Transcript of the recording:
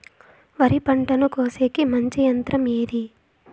వరి పంటను కోసేకి మంచి యంత్రం ఏది?